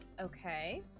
Okay